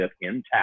intact